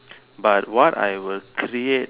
but what I will create